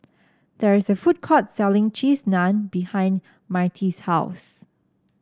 there is a food court selling Cheese Naan behind Myrtie's house